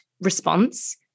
response